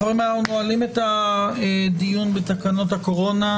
חברים, אנחנו נועלים את הדיון בתקנות הקורונה.